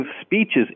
speeches